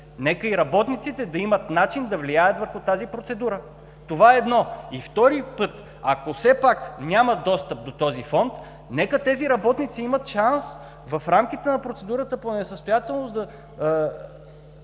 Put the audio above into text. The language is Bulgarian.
нека и работниците да имат начин да влияят върху тази процедура – това едно. И втори път, ако все пак няма достъп до този Фонд, нека тези работници имат шанс в рамките на процедурата по несъстоятелност да